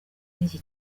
n’iki